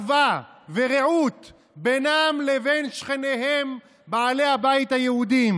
אחווה ורעות בינם לבין שכניהם בעלי הבית היהודים,